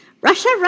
Russia